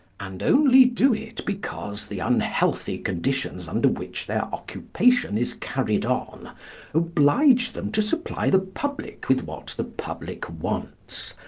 and only do it because the unhealthy conditions under which their occupation is carried on oblige them to supply the public with what the public wants,